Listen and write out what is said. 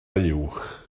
uwch